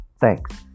Thanks